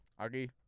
aquí